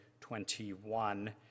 21